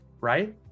right